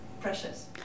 precious